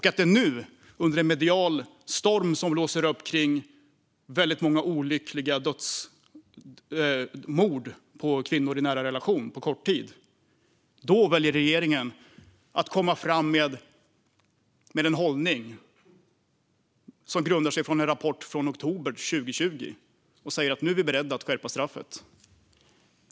Det är nu, under en medial storm som blåst upp runt många olyckliga mord på kvinnor i nära relation på kort tid, som regeringen väljer att komma fram med en hållning som grundar sig på en rapport från oktober 2020. Nu säger regeringen att man är beredd att skärpa straffet.